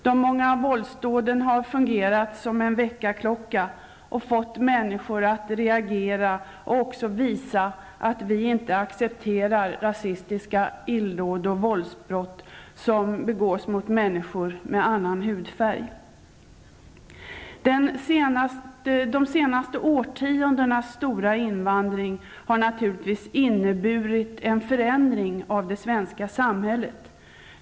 De många våldsdåden har fungerat som en väckarklocka och fått människor att reagera och också visa att vi inte accepterar rasistiska illdåd och våldsbrott som begås mot människor med annan hudfärg. De senaste årtiondenas stora invandring har naturligtvis inneburit en förändring av det svenska samhället.